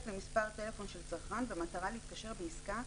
למספר טלפון של צרכן במטרה להתקשר בעסקה,